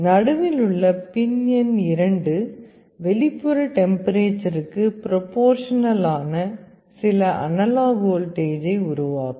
நடுவில் உள்ள பின் எண் 2 வெளிப்புற டெம்பரேச்சருக்கு ப்ரொபோர்ஷனல் ஆன சில அனலாக் வோல்டேஜை உருவாக்கும்